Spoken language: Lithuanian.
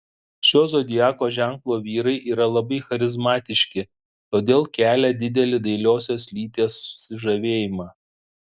šio zodiako ženklo vyrai yra labai charizmatiški todėl kelia didelį dailiosios lyties susižavėjimą